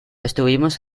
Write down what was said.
estuvimos